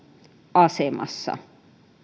asemassa